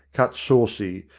cut saucy,